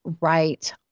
right